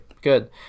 good